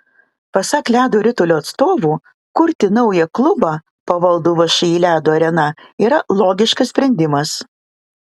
pasak ledo ritulio atstovų kurti naują klubą pavaldų všį ledo arena yra logiškas sprendimas